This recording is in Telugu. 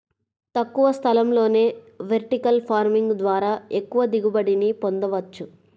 తక్కువ స్థలంలోనే వెర్టికల్ ఫార్మింగ్ ద్వారా ఎక్కువ దిగుబడిని పొందవచ్చు